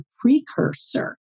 precursor